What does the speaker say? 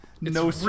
No